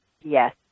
Yes